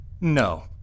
No